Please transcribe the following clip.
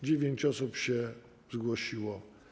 Dziewięć osób się zgłosiło.